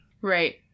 Right